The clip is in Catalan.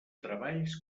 treballs